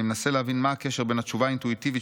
אני מנסה להבין מה הקשר בין התשובה האינטואיטיבית